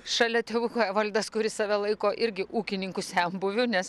šalia tėvuko evaldas kuris save laiko irgi ūkininku senbuviu nes